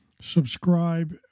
subscribe